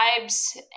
vibes